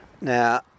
Now